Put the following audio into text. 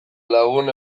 lagun